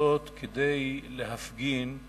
לחוצות כדי להפגין,